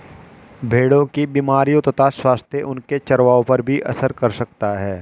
भेड़ों की बीमारियों तथा स्वास्थ्य उनके चरवाहों पर भी असर कर सकता है